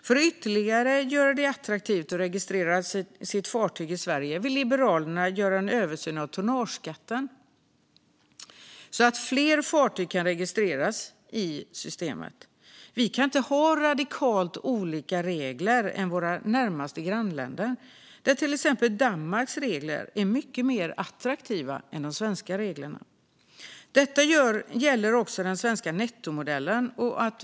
För att ytterligare göra det attraktivt att registrera sitt fartyg i Sverige vill Liberalerna göra en översyn av tonnageskatten så att fler fartyg kan registreras i systemet. Vi kan inte ha radikalt olika regler jämfört med våra närmaste grannländer. Danmarks regler är till exempel mycket mer attraktiva än de svenska reglerna. Detta gäller också den svenska nettomodellen.